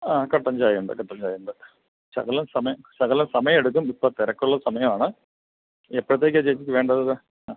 ആ കട്ടൻ ചായ ഉണ്ട് കട്ടൻ ചായ ഉണ്ട് ശകലം സമയം ശകലം സമയെടുക്കും ഇപ്പോൾ തിരക്കുള്ള സമയാണ് എപ്പോഴത്തേക്കാ ചേച്ചിക്ക് വേണ്ടത് ഇത് ആ